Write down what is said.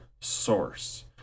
source